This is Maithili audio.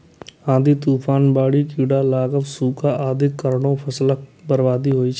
आंधी, तूफान, बाढ़ि, कीड़ा लागब, सूखा आदिक कारणें फसलक बर्बादी होइ छै